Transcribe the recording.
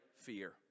fear